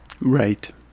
Right